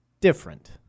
different